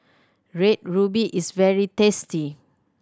Red Ruby is very tasty